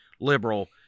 liberal